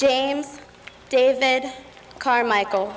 james david carmichael